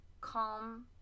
calm